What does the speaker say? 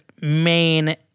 main